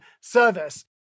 service